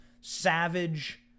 savage